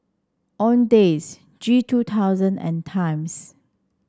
Owndays G two thousand and Times